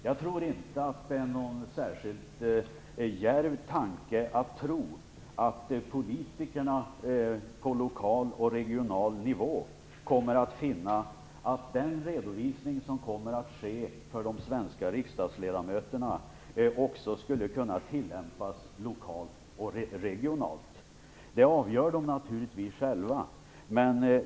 Jag tror inte att det är särskilt djärvt att tro att politikerna på lokal och regional nivå kommer att finna att den redovisning som kommer att ske för de svenska riksdagsledamöterna också skulle kunna tillämpas lokalt och regionalt. Det avgör de naturligtvis själva.